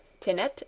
Tinette